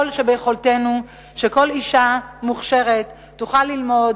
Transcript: שביכולתנו שכל אשה מוכשרת תוכל ללמוד,